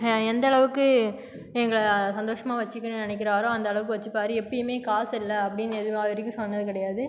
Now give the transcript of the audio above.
எந்த அளவுக்கு எங்களை சந்தோஷமாக வச்சுக்கினும்னு நினைக்கிறாரோ அந்த அளவுக்கு வச்சுப்பாரு எப்பவுமே காசு இல்லை அப்படின்னு இதுநாள் வரைக்கும் சொன்னது கிடயாது